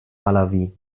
malawi